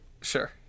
sure